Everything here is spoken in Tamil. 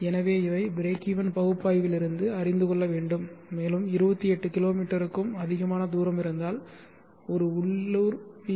எனவே இவை பிரேக்வென் பகுப்பாய்விலிருந்து அறிந்துகொள்ள வேண்டும் மேலும் 28 கிலோமீட்டருக்கும் அதிகமான தூரம் இருந்தால் ஒரு உள்ளூர் பி